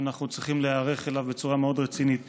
שאנחנו צריכים להיערך אליו בצורה רצינית מאוד.